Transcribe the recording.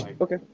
Okay